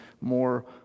more